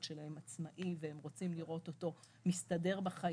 שלהם עצמאי והם רוצים לראות אותו מסתדר בחיים,